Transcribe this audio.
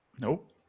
Nope